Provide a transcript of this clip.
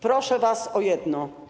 Proszę was o jedno.